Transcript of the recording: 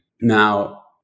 now